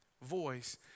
voice